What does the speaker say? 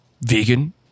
vegan